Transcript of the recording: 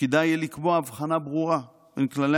תפקידה יהיה לקבוע הבחנה ברורה בין כללי